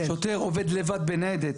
זה מציאות שהיא לא קיימת בשום מקום בפנים הארץ.